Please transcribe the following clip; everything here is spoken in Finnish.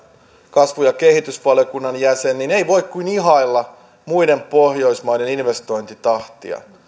kasvu ja kehitysvaliokunnan jäsen niin ei voi kuin ihailla muiden pohjoismaiden investointitahtia